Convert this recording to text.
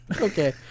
Okay